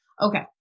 Okay